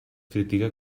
critica